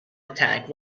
attack